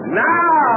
now